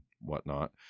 whatnot